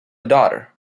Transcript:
daughter